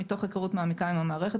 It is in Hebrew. מתוך היכרות מעמיקה עם המערכת,